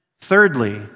Thirdly